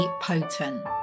potent